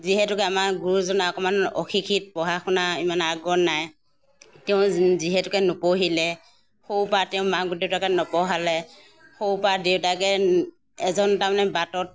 যিহেতুকে আমাৰ গুৰুজনা অলপমান অশিক্ষিত পঢ়া শুনা ইমান আগ্ৰহ নাই তেওঁ যিহেতুকে নপঢ়িলে সৰু পৰা তেওঁ মাক দেউতাকে নপঢ়ালে সৰু পৰা দেউতাকে এজন তাৰমানে বাটত